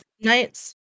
nights